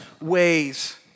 ways